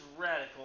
radical